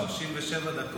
יש לך 37 דקות.